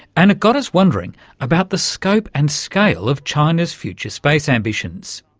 and it got us wondering about the scope and scale of china's future space ambitions.